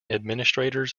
administrators